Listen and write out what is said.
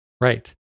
Right